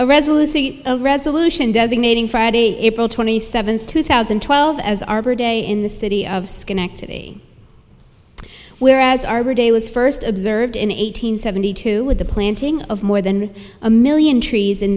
a resolution a resolution designating friday april twenty seventh two thousand and twelve as arbor day in the city of schenectady whereas arbor day was first observed in eight hundred seventy two with the planting of more than a million trees in